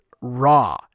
raw